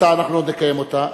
אנחנו עוד נקיים אותה.